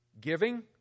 Giving